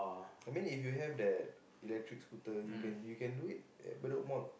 I mean if you have that electric scooter you can you can do it at Bedok Mall what